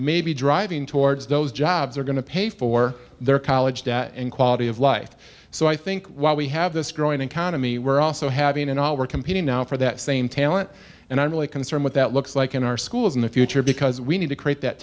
maybe driving towards those jobs are going to pay for their college debt and quality of life so i think while we have this growing economy we're also having and all we're competing now for that same talent and i'm really concerned what that looks like in our schools in the future because we need to create that